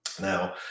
now